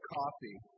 coffee